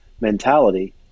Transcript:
mentality